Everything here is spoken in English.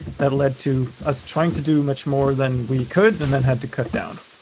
that led to us trying to do much more than we could and then had to cut down.